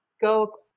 go